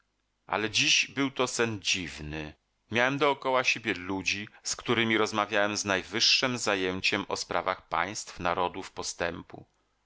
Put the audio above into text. ale dziś był to sen dziwny miałem dookoła siebie ludzi z którymi rozmawiałem z najwyższem zajęciem o sprawach państw narodów postępu